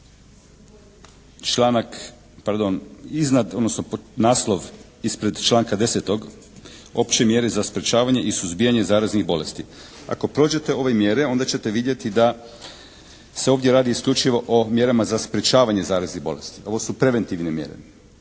odnosno naslov ispred članka 10. opće mjere za sprječavanje i suzbijanje zaraznih bolesti. Ako prođete ove mjere onda ćete vidjeti da se ovdje radi isključivo o mjerama za sprječavanje zaraznih bolesti. Ovo su preventivne mjere.